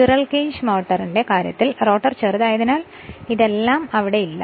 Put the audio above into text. squirrel cage മോട്ടോറിന്റെ കാര്യത്തിൽ rotor ചെറുതായതിനാൽ ഇതെല്ലാം അവിടെയില്ല